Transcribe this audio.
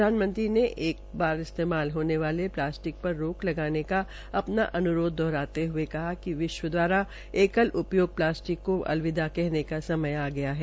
प्रधानमंत्री ने एक बार इस्तेमाल होने वाले प्लास्टिक पर रोके लगाने का अपना अन्रोध दोहराते हये कहा कि विश्व दवारा एकल उपयोग प्लास्टिक को अलविदा करने का समय आ गया है